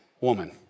woman